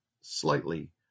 slightly